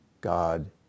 God